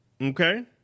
okay